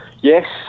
Yes